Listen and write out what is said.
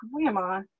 grandma